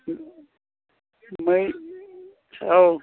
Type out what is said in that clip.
मै औ